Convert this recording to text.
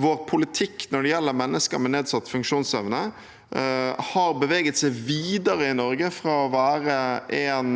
Vår politikk når det gjelder mennesker med nedsatt funksjonsevne, har beveget seg videre i Norge fra å være en